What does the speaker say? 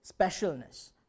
specialness